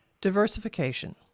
Diversification